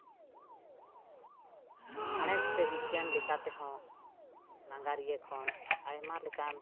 ᱥᱟᱬᱮᱥ ᱥᱮ ᱵᱤᱜᱽᱜᱟᱱ ᱞᱮᱠᱟ ᱛᱮᱦᱚᱸ ᱱᱟᱜᱟᱨᱤᱭᱟᱹ ᱠᱷᱚᱱ ᱟᱭᱢᱟ ᱞᱮᱠᱟᱱ